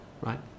right